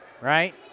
right